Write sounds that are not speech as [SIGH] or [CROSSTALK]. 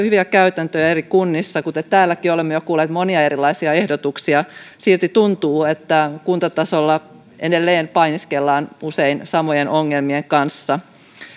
[UNINTELLIGIBLE] hyviä käytäntöjä eri kunnissa kuten täälläkin olemme jo kuulleet monia erilaisia ehdotuksia silti tuntuu että kuntatasolla edelleen painiskellaan usein samojen ongelmien kanssa